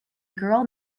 girl